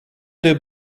their